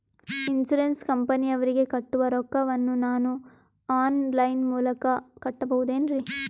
Insurance ಕಂಪನಿಯವರಿಗೆ ಕಟ್ಟುವ ರೊಕ್ಕ ವನ್ನು ನಾನು ಆನ್ ಲೈನ್ ಮೂಲಕ ಕಟ್ಟಬಹುದೇನ್ರಿ?